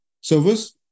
service